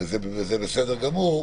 וזה בסדר גמור,